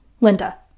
Linda